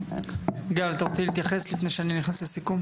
גל אתה רוצה להתייחס לפני הסיכום?